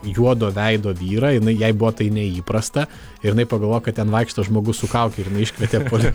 juodo veido vyrą jinai jai buvo tai neįprasta ir jinai pagalvojo kad ten vaikšto žmogus su kauke ir jinai iškvietė po